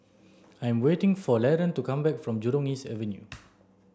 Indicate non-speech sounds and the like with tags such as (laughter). I'm waiting for Laron to come back from Jurong East Avenue (noise)